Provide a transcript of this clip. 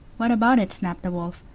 what about it? snapped the wolf,